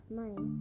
money